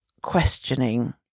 questioning